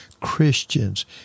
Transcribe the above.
Christians